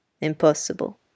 Impossible